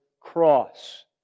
cross